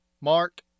Mark